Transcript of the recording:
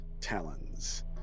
talons